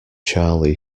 charlie